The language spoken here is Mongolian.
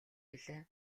билээ